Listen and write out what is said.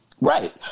Right